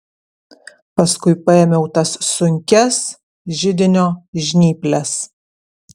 paskui paėmiau tas sunkias židinio žnyples